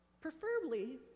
preferably